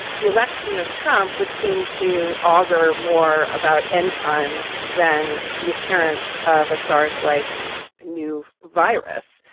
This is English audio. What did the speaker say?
the election of trump would seem to augur more about end times than the appearance of a saas like a new virus.